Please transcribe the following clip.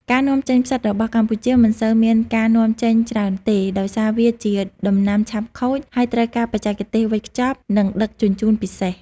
ការនាំចេញផ្សិតរបស់កម្ពុជាមិនសូវមានការនាំចេញច្រើនទេ ដោយសារវាជាដំណាំឆាប់ខូច ហើយត្រូវការបច្ចេកទេសវេចខ្ចប់ និងដឹកជញ្ជូនពិសេស។